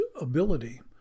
ability